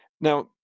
Now